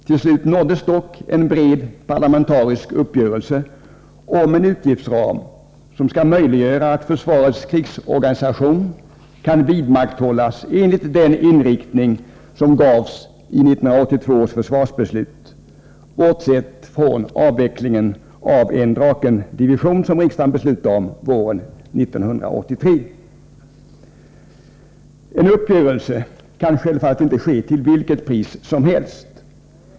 Till slut nåddes dock en bred parlamentarisk uppgörelse om en utgiftsram som skall möjliggöra att försvarets krigsorganisation kan vidmakthållas i enlighet med den inriktning som angavs i 1982 års försvarsbeslut, bortsett från den avveckling av en Drakendivision som riksdagen beslutade om våren 1983. En uppgörelse kan självfallet inte ske till vilket pris som helst.